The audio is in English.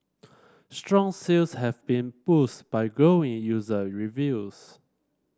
strong sales have been boost by glowing user reviews